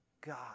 God